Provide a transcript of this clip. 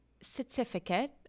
certificate